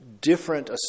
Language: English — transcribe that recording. different